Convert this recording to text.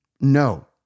No